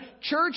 church